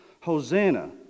Hosanna